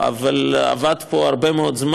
עצומה.